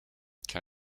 can